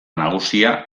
nagusia